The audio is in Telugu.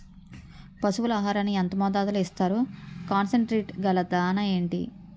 పశువుల ఆహారాన్ని యెంత మోతాదులో ఇస్తారు? కాన్సన్ ట్రీట్ గల దాణ ఏంటి?